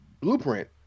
blueprint